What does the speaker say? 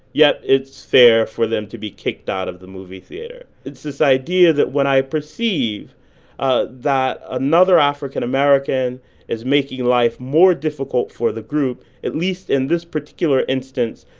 yeah, it's fair for them to be kicked out of the movie theater. it's this idea that when i perceive ah that another african-american is making life more difficult for the group, at least in this particular instance,